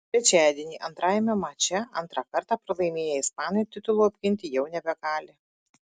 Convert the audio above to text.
trečiadienį antrajame mače antrą kartą pralaimėję ispanai titulo apginti jau nebegali